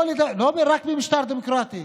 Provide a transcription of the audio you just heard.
לא רק במשטר דמוקרטי,